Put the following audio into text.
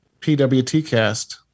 PWTcast